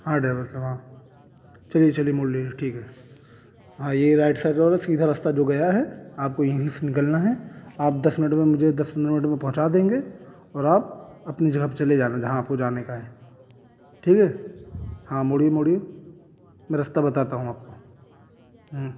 ہاں ڈرائیور صاحب ہاں چلیے چلیے موڑ لیجیے ٹھیک ہے ہاں یہ رائٹ سائڈ والا سیدھا رستہ جو گیا ہے آپ کو یہیں سے نکلنا ہیں آپ دس منٹ میں مجھے دس پندرہ منٹ میں پہنچا دیں گے اور آپ اپنی جگہ پہ چلے جانا جہاں آپ کو جانے کا ہے ٹھیک ہے ہاں موڑیے موڑیے میں رستہ بتاتا ہوں آپ کو ہوں